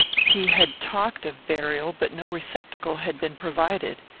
he had talked of burial, but no receptacle had been provided.